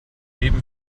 neben